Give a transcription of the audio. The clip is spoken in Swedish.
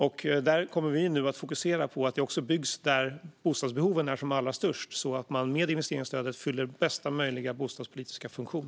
Vi kommer nu att fokusera på att det byggs där bostadsbehoven är som allra störst så att man med investeringsstödet fyller bästa möjliga bostadspolitiska funktion.